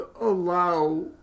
allow